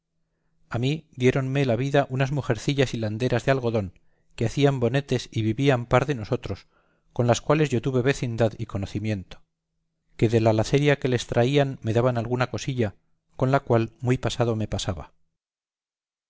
a mí diéronme la vida unas mujercillas hilanderas de algodón que hacían bonetes y vivían par de nosotros con las cuales yo tuve vecindad y conocimiento que de la laceria que les traían me daban alguna cosilla con la cual muy pasado me pasaba